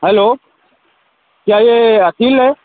hello کیا یہ عقیل ہے